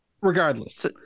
regardless